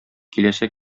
киләсе